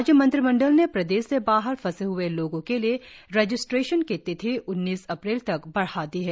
राज्य मंत्रिमंडल ने प्रदेश से बाहर फंसे हए लोगों के लिए रेजिस्ट्रेशन की तिथि उन्नीस अप्रैल तक बढ़ा दी है